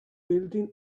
building